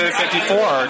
54